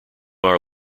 our